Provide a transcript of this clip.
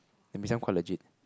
the mee-siam quite legit